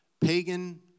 Pagan